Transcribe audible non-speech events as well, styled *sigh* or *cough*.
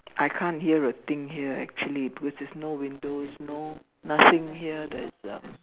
I can't hear a thing here actually because there's no windows no nothing *breath* here that's um